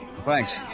Thanks